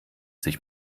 sich